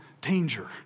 danger